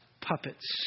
puppets